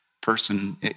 person